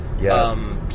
Yes